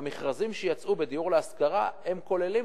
והמכרזים שיצאו בדיור להשכרה כוללים,